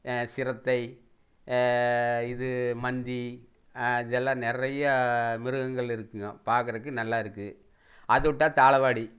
சிறுத்தை இது மந்தி இதெல்லாம் நிறையா மிருகங்கள் இருக்குங்க பார்க்கறக்கு நல்லாருக்கும் அதுவிட்டா சாலவாடி